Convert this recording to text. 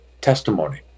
testimony